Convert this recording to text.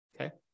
Okay